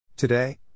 Today